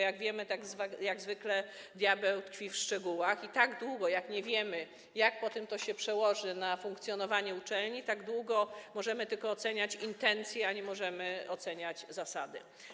Jak wiemy, jak zwykle diabeł tkwi w szczegółach, i tak długo, jak nie wiemy, jak potem to się przełoży na funkcjonowanie uczelni, możemy tylko oceniać intencje, a nie możemy oceniać zasady.